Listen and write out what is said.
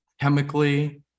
chemically